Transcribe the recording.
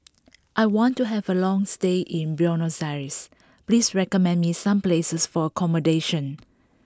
I want to have a long stay in Buenos Aires please recommend me some places for accommodation